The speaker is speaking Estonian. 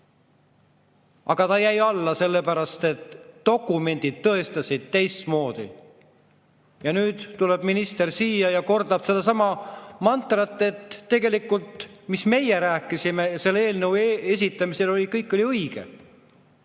Aga ta jäi alla, sellepärast et dokumendid tõestasid teistmoodi. Ja nüüd tuleb minister siia ja kordab sedasama mantrat, et tegelikult kõik, mis me rääkisime selle eelnõu esitamisel, oli õige.